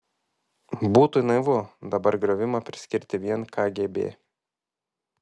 būtų naivu dabar griovimą priskirti vien kgb